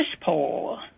pole